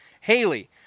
Haley